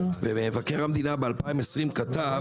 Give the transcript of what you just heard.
ומבקר המדינה ב- 2020 כתב,